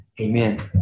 Amen